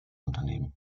unternehmen